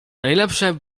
najlepsze